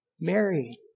Mary